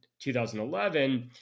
2011